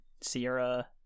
Sierra